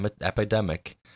epidemic